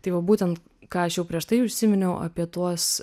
tai va būtent ką aš jau prieš tai užsiminiau apie tuos